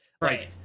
right